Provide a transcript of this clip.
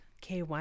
KY